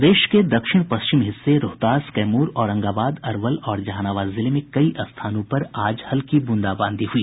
प्रदेश के दक्षिण पश्चिम हिस्से रोहतास कैमूर औरंगाबाद अरवल और जहानाबाद जिले में कई स्थानों पर आज हल्की बूंदाबांदी हुई